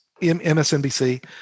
MSNBC